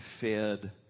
fed